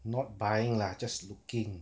not buying lah just looking